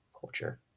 culture